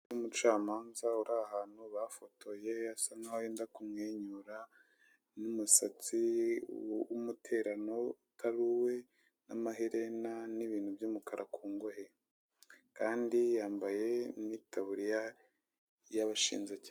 Umucamapanza uri ahantu bafotoye asa nkaho yenda kumwenyura n'umusatsi w'umuterano utari uwe n'amaherena n'ibintu by'umukara ku ngohe kandi yambaye n'itaburiya y'abashinjacyaha.